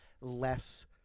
less